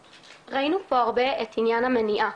ראינו פה הרבה את עניין המניעה.